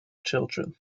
children